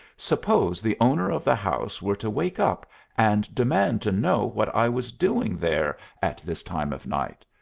suppose the owner of the house were to wake up and demand to know what i was doing there at this time of night?